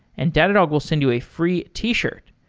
and datadog will send you a free t-shirt.